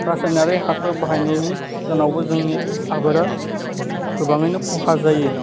रासायनारि हासार बाहायनायनि जाउनावबो जोंनि आबादा गोबाङैनो खहा जायो